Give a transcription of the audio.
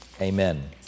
Amen